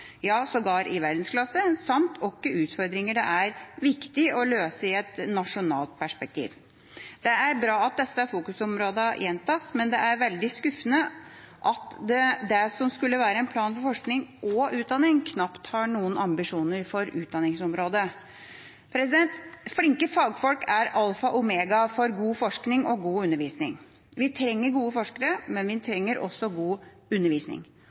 ja sågar i verdensklasse, samt hvilke utfordringer det er viktig å løse i et nasjonalt perspektiv. Det er bra at disse fokusområdene gjentas, men det er veldig skuffende at det som skulle være en plan for forskning og utdanning, knapt har noen ambisjoner for utdanningsområdet. Flinke fagfolk er alfa og omega for god forskning og god undervisning. Vi trenger gode forskere, men vi trenger også god undervisning.